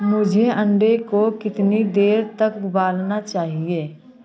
मुझे अंडे को कितनी देर तक उबालना चाहिए